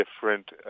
different